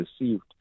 received